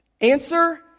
Answer